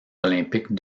olympiques